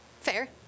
fair